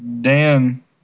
Dan